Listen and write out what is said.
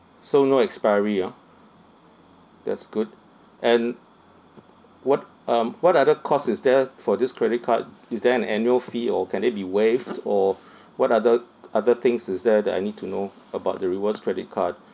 so no expiry ah that's good and what um what other cost is there for this credit card is there an annual fee or can it be waived or what other other things is there that I need to know about the rewards credit card